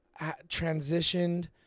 transitioned